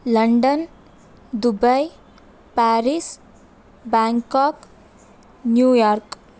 London Dubai Paris Bangkok New York